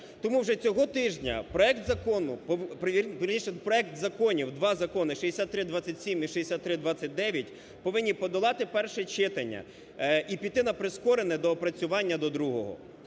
закону, вірніше, проекти законів, два закони – 6327 і 6329 – повинні подолати перше читання і піти на прискорене доопрацювання до другого.